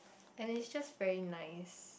and he's just very nice